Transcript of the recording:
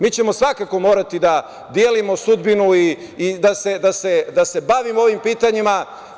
Mi ćemo svakako morati da delimo sudbinu i da se bavimo ovim pitanjima.